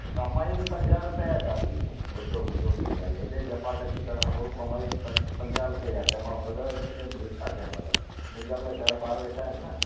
त कमाई पंजाह रुपिया आहे दादी ॿुधो ॿुधो मुंहिंजी ॻाल्हि एॾे जफ़ाकशी करण खां पोइ कमाई पंज पंजाह रुपिया ई आहे त मां ॿ ॾह छॾियुमि ॿियो छा कयां मां त मुंहिंजा बि त घर ॿार वेठा आहिनि न